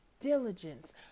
diligence